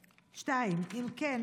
2. אם כן,